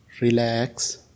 Relax